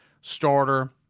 starter